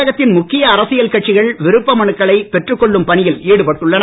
தமிழகத்தின் முக்கிய அரசியல் கட்சிகள் விருப்ப மனுக்களைப் பெற்றுக் கொள்ளும் பணியில் ஈடுபட்டுள்ளன